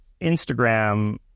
Instagram